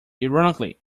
ironically